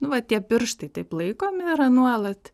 nu va tie pirštai taip laikomi yra nuolat